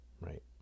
right